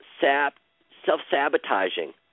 self-sabotaging